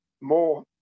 more